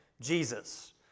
Jesus